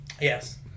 yes